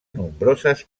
nombroses